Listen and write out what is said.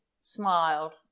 smiled